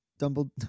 Dumbledore